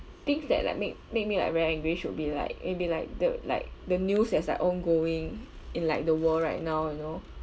things that like make make me like very angry should be like it'd be like the like the news that's like ongoing in like the world right now you know